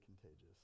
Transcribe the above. contagious